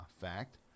fact